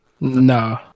No